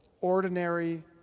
ordinary